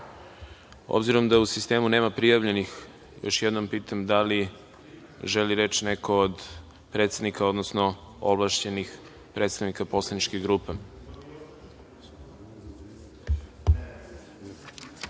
da u sistemu nema prijavljenih, još jednom pitam da li želi reč neko od predsednika, odnosno ovlašćenih predstavnika poslaničke